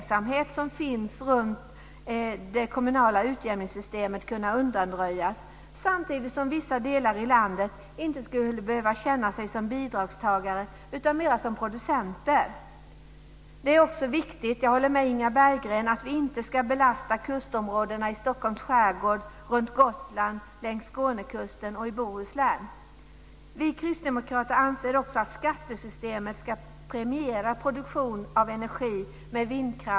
Det är också viktigt - i fråga om detta håller jag med Inga Berggren - att vi inte belastar kustområdena i Stockholms skärgård, runt Gotland, längs Skånekusten och i Bohuslän.